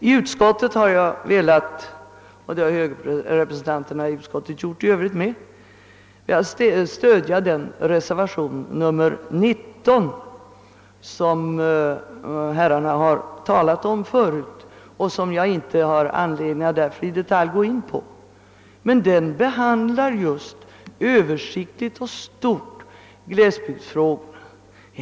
I utskottet har jag, liksom Övriga högerrepresentanter där, velat stödja den reservation nr 19 som herrarna förut talat om och som jag därför inte har anledning att i detalj gå in på. Den behandlar översiktligt just glesbygdsfrågorna.